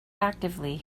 actively